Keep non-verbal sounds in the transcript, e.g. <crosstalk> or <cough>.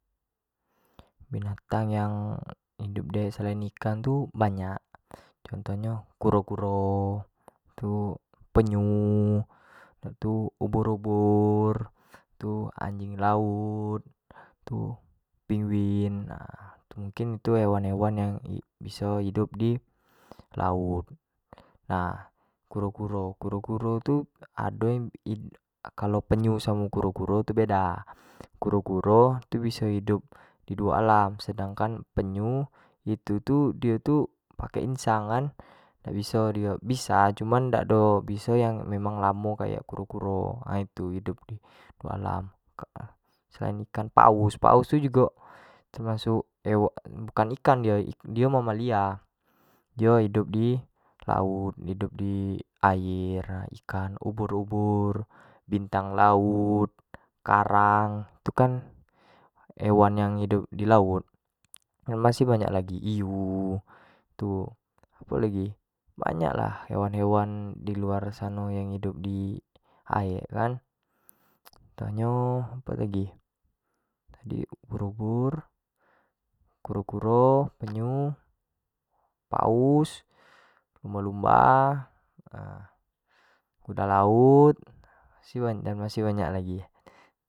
Binatang yang hidup di air selain ikut tu banyak, contoh nyo kuro-kuro, itu penyu, itu ubur-ubur, tu anjing laut, tu penguin, mungkin tu hewan-hewan yang biaso hidup di laut nah kuro-kuro, kuro-kuro tu ado yang idup <hesitation> penyu samo kuro-kuro tu beda, kuro-kuro tu biso hidup di duo alam, sedangkan penyu itu tu dio tu pake insang kan dak biso dio bisa cuman dak biso yang memang lamo kayak kuro-kuro nah kek gitu dak biso duo alam, selain ikan, paus, paus tu buka ikan, dio tu mamalia dio hidup di laut hidup di air, ikan, ubur-ubur, bintang laut, karang tu kan hewan yang hidup di laut itu masih banyak lagi hiu gitu apo lagi banyak lagi hewan-hewan di luar sano yang hidup di aek kan, contoh nyo apo lagi, sperti ubur-ubur, kuro-kuro, penyu, paus, lumba- lumab, <hesitation> kuda laut dan massih banyak lagi.